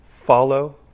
Follow